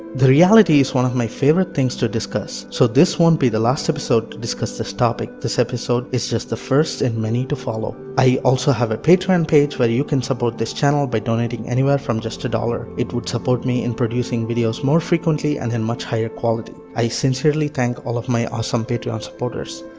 the reality is one of my favorite things to discuss. so this won't be the last episode to discuss this topic. this episode is just the first in many to follow. i also have a patreon page, where you can support this channel by donating anywhere from just a dollar. it would support me in producing videos more frequently and in much higher quality. i sincerely thank all of my awesome patreon supporters.